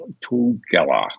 together